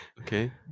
Okay